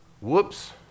Whoops